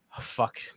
Fuck